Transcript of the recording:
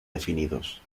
definidos